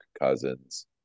Cousins